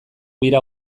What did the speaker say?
bira